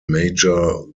major